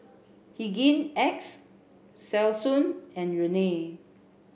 Hygin X Selsun and Rene